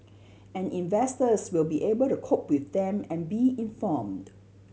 and investors will be able to cope with them and be informed